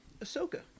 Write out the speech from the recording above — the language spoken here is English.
Ahsoka